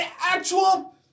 actual